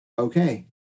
Okay